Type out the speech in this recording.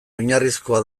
oinarrizkoa